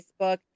Facebook